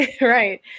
right